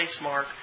placemark